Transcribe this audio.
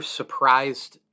surprised